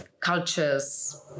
cultures